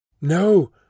No